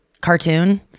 cartoon